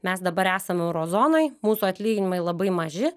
mes dabar esam euro zonoj mūsų atlyginimai labai maži